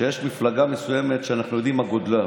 כשיש מפלגה מסוימת שאנחנו יודעים מה גודלה.